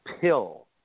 pill